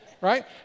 Right